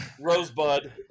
Rosebud